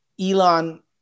Elon